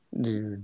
Dude